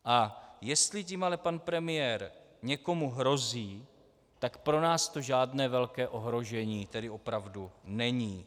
A jestli tím ale pan premiér někomu hrozí, tak pro nás to žádné velké ohrožení opravdu není.